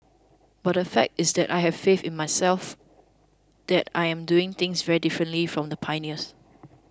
but the fact is that I have faith in myself that I am doing things very differently from the pioneers